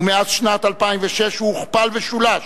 ומאז שנת 2006 הוא הוכפל ושולש